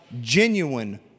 genuine